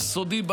יסודי,